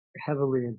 heavily